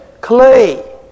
clay